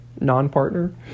non-partner